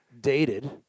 dated